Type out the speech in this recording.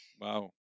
Wow